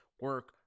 Work